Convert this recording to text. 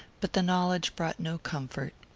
but the knowledge brought no comfort.